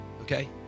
okay